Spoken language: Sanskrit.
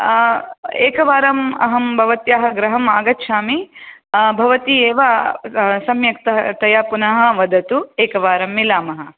एकवारम् अहं भवत्याः गृहम् आगच्छामि भवती एव सम्यक्तः तया पुनः वदतु एकवारं मिलामः